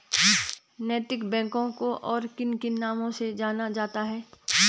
नैतिक बैंकों को और किन किन नामों से जाना जाता है?